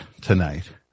tonight